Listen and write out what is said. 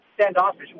standoffish